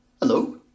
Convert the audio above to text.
Hello